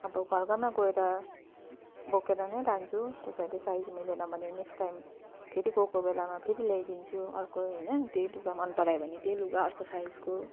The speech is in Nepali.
अब घर घरमा गएर बोकेर नै लान्छु कसैले साइज मिलेन भने नेक्स्ट टाइम फेरि गएको बेलामा फेरि ल्याइदिन्छु अर्को होइन त्यही लुगा मनपरायो भने त्यही लुगा अर्को साइजको